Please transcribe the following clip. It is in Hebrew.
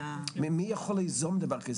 מי יכול ליזום דבר כזה,